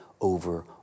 over